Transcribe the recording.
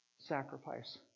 sacrifice